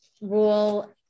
rule